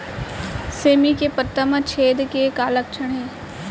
सेमी के पत्ता म छेद के का लक्षण हे?